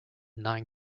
nine